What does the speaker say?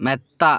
മെത്ത